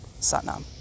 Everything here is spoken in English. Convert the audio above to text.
Satnam